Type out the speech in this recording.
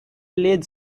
lead